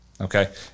Okay